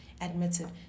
admitted